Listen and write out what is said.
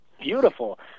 beautiful